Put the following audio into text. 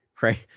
right